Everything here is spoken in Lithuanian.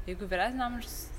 jeigu vyresnio amžiaus